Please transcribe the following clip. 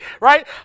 Right